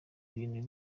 ibintu